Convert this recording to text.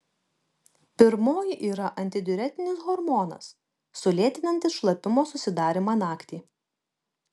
pirmoji yra antidiuretinis hormonas sulėtinantis šlapimo susidarymą naktį